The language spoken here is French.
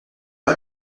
pas